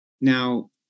Now